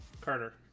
carter